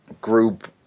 group